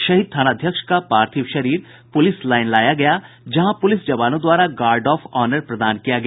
शहीद थानाध्यक्ष का पार्थिव शरीर पुलिस लाइन लाया गया जहां पुलिस जवानों द्वारा गार्ड ऑफ ऑनर प्रदान किया गया